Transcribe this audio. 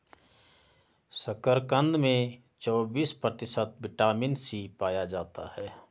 शकरकंद में चौबिस प्रतिशत विटामिन सी पाया जाता है